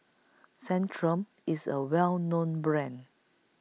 Centrum IS A Well known Brand